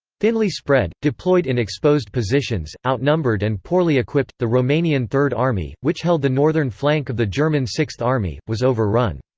thinly spread, deployed in exposed positions, outnumbered and poorly equipped, the romanian third army, which held the northern flank of the german sixth army, was overrun.